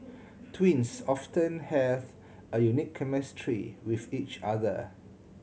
twins often have a unique chemistry with each other